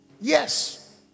Yes